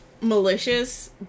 malicious